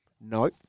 No